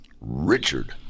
Richard